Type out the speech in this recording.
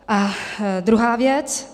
A druhá věc.